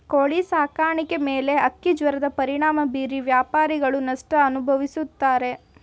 ಕೋಳಿ ಸಾಕಾಣಿಕೆ ಮೇಲೆ ಹಕ್ಕಿಜ್ವರದ ಪರಿಣಾಮ ಬೀರಿ ವ್ಯಾಪಾರಿಗಳು ನಷ್ಟ ಅನುಭವಿಸುತ್ತಾರೆ